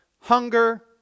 hunger